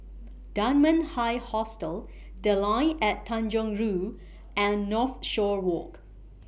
Dunman High Hostel The Line At Tanjong Rhu and Northshore Walk